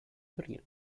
torino